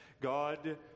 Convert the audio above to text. God